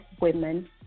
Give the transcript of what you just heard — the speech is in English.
women